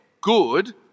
good